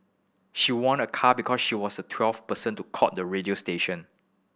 she won a car because she was the twelfth person to call the radio station